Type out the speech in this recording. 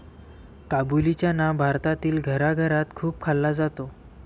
काबुली चना भारतातील घराघरात खूप खाल्ला जातो